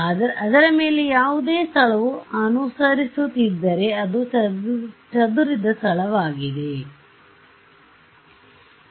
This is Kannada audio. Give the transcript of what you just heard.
ಆದ್ದರಿಂದ ಅದರ ಮೇಲೆ ಯಾವುದೇ ಸ್ಥಳವು ಅನುಸರಿಸುತ್ತಿದ್ದರೆ ಅದು ಚದುರಿದ ಸ್ಥಳಗಳಾಗಿದೆಗಳಾಗಿವೆ